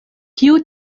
kiu